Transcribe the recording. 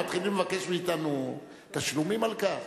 הם מתחילים לבקש מאתנו תשלומים על כך?